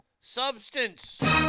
substance